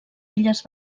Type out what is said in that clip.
illes